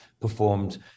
performed